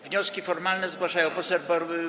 Wnioski formalne zgłaszają posłowie.